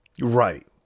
right